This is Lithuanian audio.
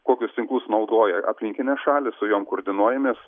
kokius tinklus naudoja aplinkinės šalys su jom koordinuojamės